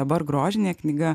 dabar grožinė knyga